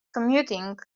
commuting